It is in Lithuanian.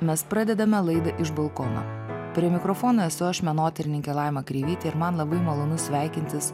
mes pradedame laidą iš balkono prie mikrofono esu aš menotyrininkė laima kreivytė ir man labai malonu sveikintis